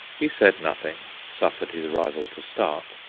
he said nothing, suffered his rival to start,